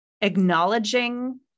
acknowledging